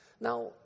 Now